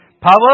power